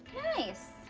nice.